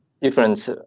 different